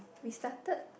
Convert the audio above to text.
we started